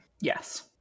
Yes